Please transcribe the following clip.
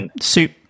soup